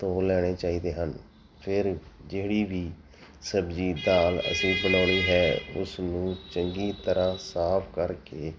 ਧੋ ਲੈਣੇ ਚਾਹੀਦੇ ਹਨ ਫੇਰ ਜਿਹੜੀ ਵੀ ਸਬਜ਼ੀ ਦਾਲ ਅਸੀਂ ਬਣਾਉਣੀ ਹੈ ਉਸ ਨੂੰ ਚੰਗੀ ਤਰ੍ਹਾਂ ਸਾਫ ਕਰਕੇ